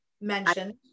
Mentioned